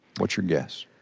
what's your guess?